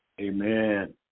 Amen